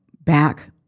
back